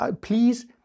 please